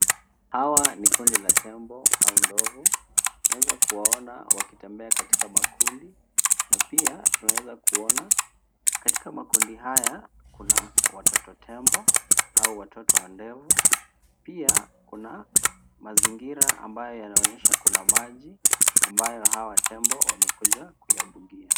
Hawa ni kundi la tembo au ndovu. Unaweza kuwaona wakitembea katika makundi na pia tunaweza kuona katika makundi haya kuna watoto tembo au watoto wa ndovu. Pia kuna mazingira ambayo yanaonyesha kuna maji, ambayo hawa tembo wamekuja kuyabugia.